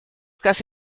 casi